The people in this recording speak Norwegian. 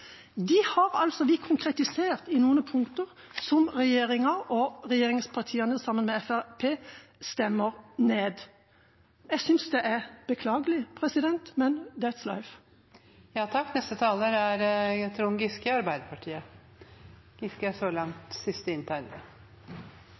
De har vi konkretisert i noen punkter, som regjeringspartiene og Fremskrittspartiet stemmer ned. Jeg synes det er beklagelig, men